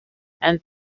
and